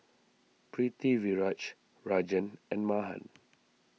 Pritiviraj Rajan and Mahan